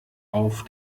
auf